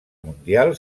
mundial